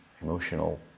emotional